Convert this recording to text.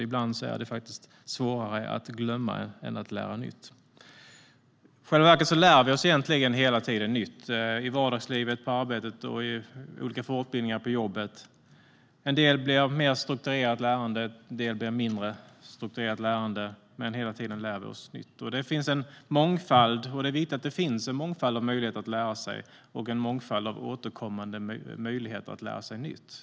Ibland är det faktiskt svårare att glömma än att lära nytt. I själva verket lär vi oss hela tiden nytt - i vardagslivet, på arbetet och i olika fortbildningar på jobbet. En del blir mer strukturerat lärande, en del blir mindre strukturerat lärande, men hela tiden lär vi oss nytt. Det finns en mångfald, och det är viktigt att det finns en mångfald av återkommande möjligheter att lära sig nytt.